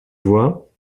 vois